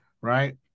right